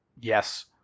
Yes